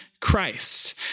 Christ